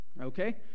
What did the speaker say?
okay